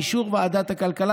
באישור ועדת הכלכלה,